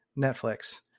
Netflix